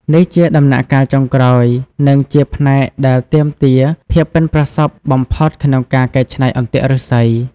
នេះជាដំណាក់កាលចុងក្រោយ និងជាផ្នែកដែលទាមទារភាពប៉ិនប្រសប់បំផុតក្នុងការកែច្នៃអន្ទាក់ឫស្សី។